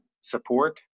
support